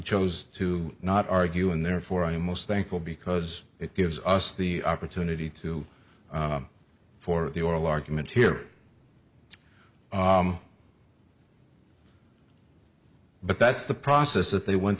chose to not arguing therefore i'm most thankful because it gives us the opportunity to for the oral argument here but that's the process that they went